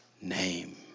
name